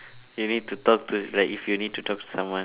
maybe to talk to like if you need to talk to someone